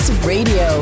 Radio